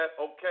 okay